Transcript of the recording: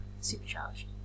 supercharged